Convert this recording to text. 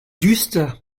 düster